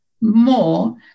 more